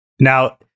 Now